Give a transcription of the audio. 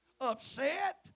upset